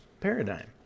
paradigm